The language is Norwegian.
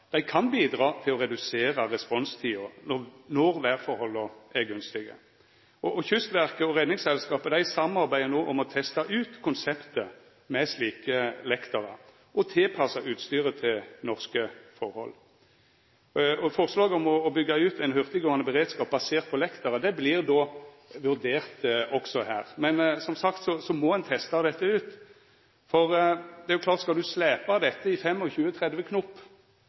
kan bidra til å redusera responstida når vêrforholda er gunstige. Kystverket og Redningsselskapet samarbeider no om å testa ut konseptet med slike lekterar og tilpassa utstyret til norske forhold. Forslaget om å byggja ut ein beredskap basert på hurtiggåande lekterar vert då vurdert òg her. Men, som sagt, ein må testa dette ut, for det er klart at skal du slepa dette i